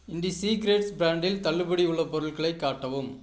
IndiSecrets ப்ராண்டில் தள்ளுபடி உள்ள பொருள்களை காட்டவும்